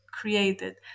created